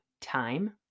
time